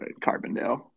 Carbondale